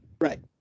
Right